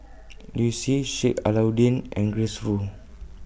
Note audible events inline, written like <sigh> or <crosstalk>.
<noise> Liu Si Sheik Alau'ddin and Grace Fu